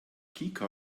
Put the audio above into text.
kika